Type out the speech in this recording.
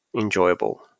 enjoyable